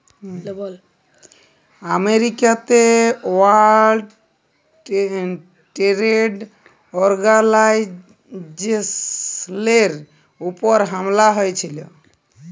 আমেরিকাতে world trade অর্গালাইজেশলের উপর হামলা হঁয়েছিল